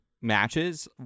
Matches